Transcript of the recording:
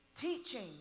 teaching